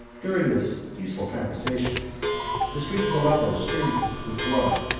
during this peaceful conversation the streets of aleppo streamed with blood,